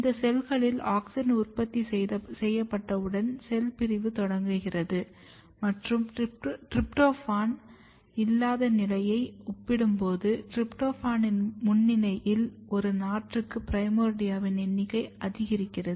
இந்த செல்களில் ஆக்ஸின் உற்பத்தி செய்யப்பட்டவுடன் செல் பிரிவு தொடங்குகிறது மற்றும் டிரிப்டோபான் இல்லாத நிலையை ஒப்பிடும்போது டிரிப்டோபனின் முன்னிலையில் ஒரு நாற்றுக்கு பிரைமோர்டியாவின் எண்ணிக்கை அதிகரிக்கிறது